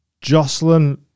Jocelyn